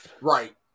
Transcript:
Right